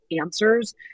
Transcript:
answers